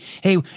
Hey